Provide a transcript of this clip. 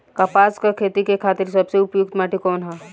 कपास क खेती के खातिर सबसे उपयुक्त माटी कवन ह?